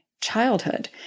childhood